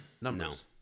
numbers